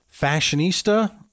fashionista